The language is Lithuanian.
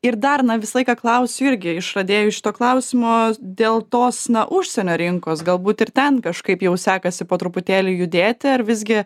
ir dar na visą laiką klausiu irgi išradėjų šito klausimo dėl tos na užsienio rinkos galbūt ir ten kažkaip jau sekasi po truputėlį judėti ar visgi